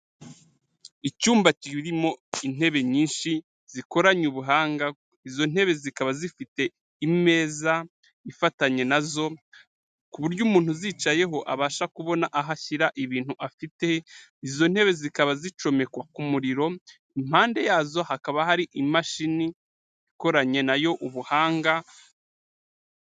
Icyumba kirimo intebe nyinshi zikoranye ubuhanga, izo ntebe zikaba zifite imeza ifatanye na zo, ku buryo umuntu uzicayeho abasha kubona aho ashyira ibintu afite, izo ntebe zikaba zicomekwa ku muriro, impande yazo hakaba hari imashini ikoranye na yo ubuhanga.